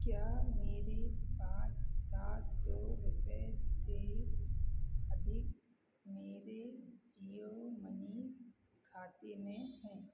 क्या मेरे पास सात सौ रुपये से अधिक मेरे जियो मनी खाते में हैं